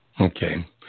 Okay